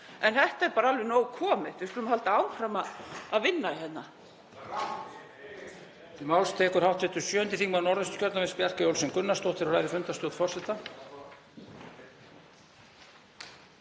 En hér er bara alveg nóg komið. Við skulum halda áfram að vinna hérna.